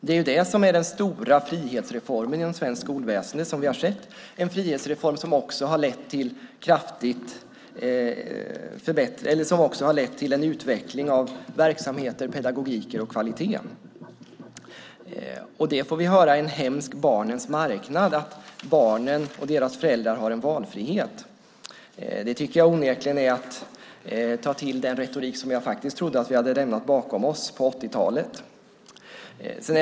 Det är det som är den stora frihetsreformen inom svenskt skolväsende, en frihetsreform som också har lett till en utveckling av verksamheter, pedagogik och kvalitet. Det får vi höra är en hemsk barnens marknad, när barnen och deras föräldrar har valfrihet. Det är onekligen att ta till den retorik som jag trodde att vi hade lämnat bakom oss på 80-talet.